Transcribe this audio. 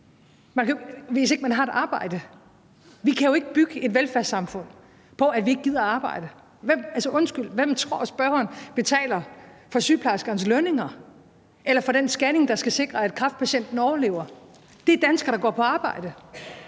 hvis ikke man har et arbejde? Vi kan jo ikke bygge et velfærdssamfund på, at vi ikke gider at arbejde. Undskyld, hvem tror spørgeren betaler sygeplejerskernes lønninger eller for den scanning, der skal sikre, at kræftpatienten overlever? Det er danskere, der går på arbejde.